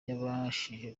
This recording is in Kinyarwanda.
yabashije